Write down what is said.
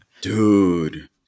dude